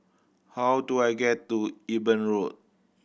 how do I get to Eben Road